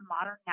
modern